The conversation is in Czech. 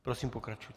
Prosím, pokračujte.